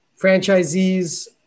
franchisees